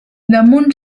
damunt